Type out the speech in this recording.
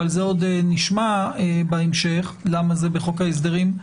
ועל זה עוד נשמע בהמשך למה זה בחוק ההסדרים,